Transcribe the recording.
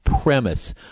premise